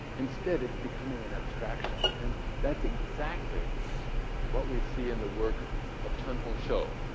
instead, it's becoming an abstraction. and that's exactly what we see in the work of chen hongshou,